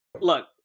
look